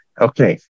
Okay